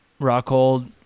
Rockhold